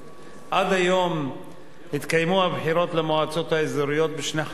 עד היום התקיימו הבחירות למועצות האזוריות בשני חלקים,